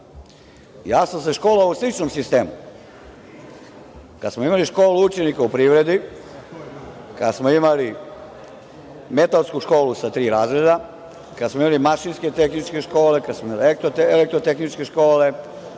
sam se školovao po sličnom sistemu, kad smo imali školu učenika u privredi, kada smo imali metalsku školu sa tri razreda, kad smo imali mašinske, tehničke škole, kad smo imali elektrotehničke škole,